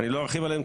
אני לא ארחיב עליהן,